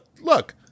look